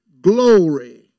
glory